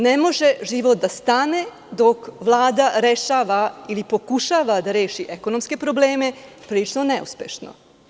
Ne može život da stane dok Vlada rešava ili pokušava da reši ekonomske probleme, prilično neuspešno.